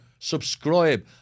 subscribe